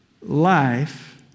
life